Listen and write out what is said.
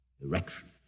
Direction